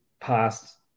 past